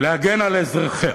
להגן על אזרחיה.